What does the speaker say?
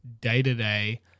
day-to-day